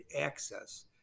access